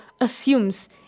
assumes